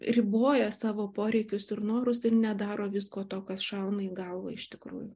riboja savo poreikius ir norus ir nedaro visko to kas šauna į galvą iš tikrųjų